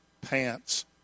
pants